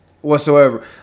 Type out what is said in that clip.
whatsoever